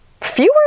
fewer